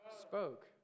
spoke